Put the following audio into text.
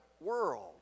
world